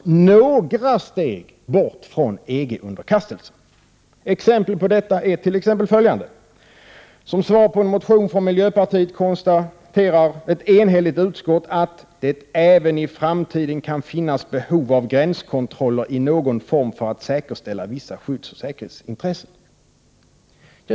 1988/89:129 som några steg bort från EG-underkastelsen. Exempel på detta är följande: 6 juni 1989 Som svar på en motion från miljöpartiet konstaterar ett enhälligt utskott att ”det även i framtiden kan finnas behov av gränskontroller i någon form för att säkerställa vissa skyddsoch säkerhetsintressen”.